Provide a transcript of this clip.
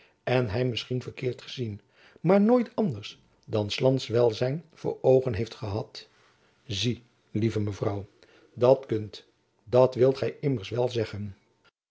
en hy misschien verkeerd gezien maar nooit anders dan s lands welzijn voor oogen heeft gehad zie lieve mevrouw dat kunt dat wilt gy hem immers wel zeggen